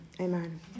Amen